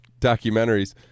documentaries